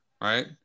right